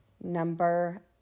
Number